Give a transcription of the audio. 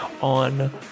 on